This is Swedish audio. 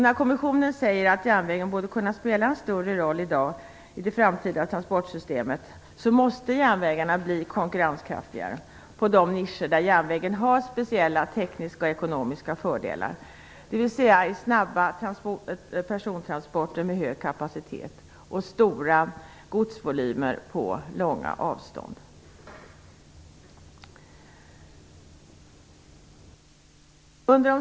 När kommissionen säger att om järnvägen skall kunna spela en större roll i det framtida transportsystemet, så måste den bli konkurrenskraftigare när det gäller de nischer där järnvägarna har tekniska och ekonomiska fördelar, dvs. snabba persontransporter med hög kapacitet och stora godsvolymer med långa körsträckor.